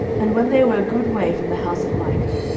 and when they were a good way from the house of micah,